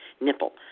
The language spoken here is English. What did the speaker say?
nipple